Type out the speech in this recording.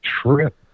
trip